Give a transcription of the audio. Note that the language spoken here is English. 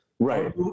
Right